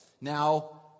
Now